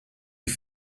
die